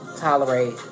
tolerate